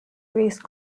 race